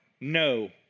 no